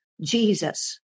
Jesus